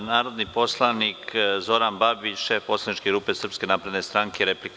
Reč ima narodni poslanik Zoran Babić, šef poslaničke grupe Srpske napredne stranke, replika.